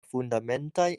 fundamentaj